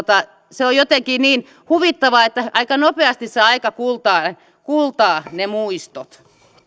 se on jotenkin niin huvittavaa aika nopeasti se aika kultaa ne kultaa ne muistot